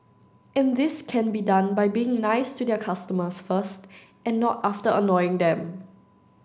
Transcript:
and this can be done by being nice to their customers first and not after annoying them